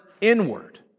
inward